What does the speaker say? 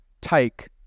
take